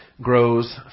grows